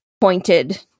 pointed